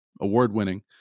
award-winning